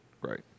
Right